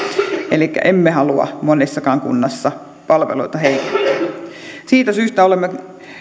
elikkä emme halua monessakaan kunnassa palveluita heikennettävän siitä syystä olemme